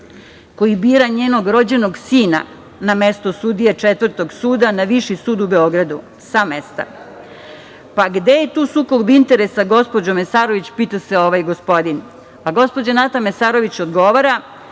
koji bira njenog rođenog sina na mesto sudije Četvrtog suda na Viši sud u Beogradu, sa mesta? Pa, gde je tu sukob interesa, gospođo Mesarović, pita se ovaj gospodin, a gospođa Nata Mesarović odgovara